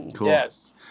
Yes